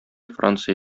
франция